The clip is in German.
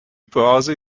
börse